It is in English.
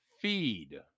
feed